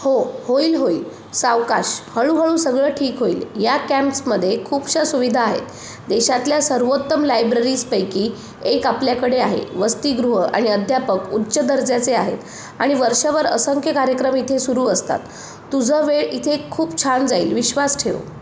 हो होईल होईल सावकाश हळूहळू सगळं ठीक होईल या कॅम्प्समध्ये खूपशा सुविधा आहेत देशातल्या सर्वोत्तम लायब्ररीजपैकी एक आपल्याकडे आहे वसतिगृह आणि अध्यापक उच्च दर्जाचे आहेत आणि वर्षभर असंख्य कार्यक्रम इथे सुरू असतात तुझं वेळ इथे खूप छान जाईल विश्वास ठेव